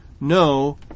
no